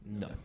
No